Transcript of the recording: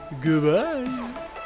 Goodbye